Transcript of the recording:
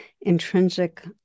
intrinsic